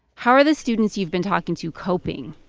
how are the students you've been talking to coping?